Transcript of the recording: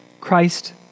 Christ